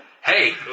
Hey